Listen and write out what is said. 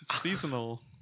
Seasonal